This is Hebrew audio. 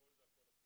הכול זה על כל הסעיף.